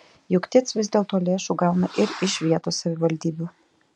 juk tic vis dėlto lėšų gauna ir iš vietos savivaldybių